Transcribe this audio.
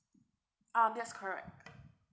uh that's correct